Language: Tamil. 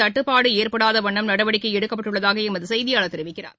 தட்டுப்பாடு ஏற்படாத வண்ணம் நடவடிக்கை எடுக்கப்பட்டுள்ளதாக எமது செய்தியாளர் தெரிவிக்கிறார்